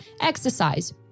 exercise